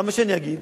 למה שאני אגיד?